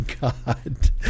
god